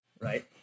right